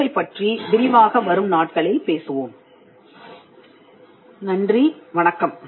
அவற்றைப் பற்றி விரிவாக வரும் நாட்களில் பேசுவோம்